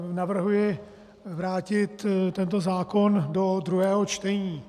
Navrhuji vrátit tento zákon do druhého čtení.